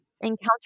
encounter